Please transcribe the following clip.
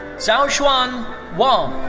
xiaoxuan wang.